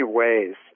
ways